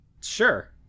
Sure